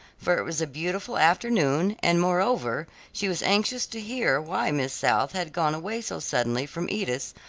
for it was a beautiful afternoon, and moreover, she was anxious to hear why miss south had gone away so suddenly from edith's,